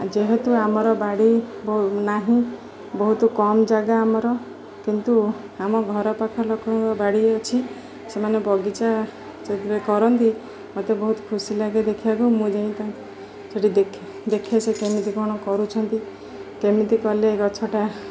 ଯେହେତୁ ଆମର ବାଡ଼ି ନାହିଁ ବହୁତ କମ୍ ଜାଗା ଆମର କିନ୍ତୁ ଆମ ଘର ପାଖ ଲୋକଙ୍କ ବାଡ଼ି ଅଛି ସେମାନେ ବଗିଚା କରନ୍ତି ମୋତେ ବହୁତ ଖୁସି ଲାଗେ ଦେଖିବାକୁ ମୁଁ ଯାଇଥାଏ ସେଠି ଦେଖେ ସେ କେମିତି କ'ଣ କରୁଛନ୍ତି କେମିତି କଲେ ଗଛଟା